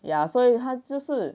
ya 所以他就是